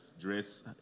dress